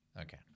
Okay